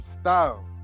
style